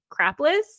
crapless